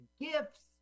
gifts